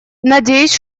надеюсь